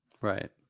Right